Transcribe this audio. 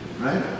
Right